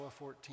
14